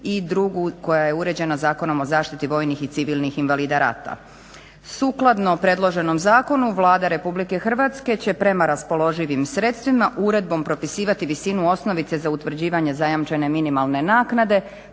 i drugu koja je uređena Zakonom o zaštiti vojnih i civilnih invalida rata. Sukladno predloženom zakonu Vlada RH će prema raspoloživim sredstvima uredbom propisivati visinu osnovice za utvrđivanje zajamčene minimalne naknade.